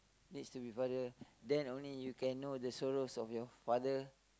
needs to be father then only you can know the sorrows of your father